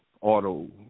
auto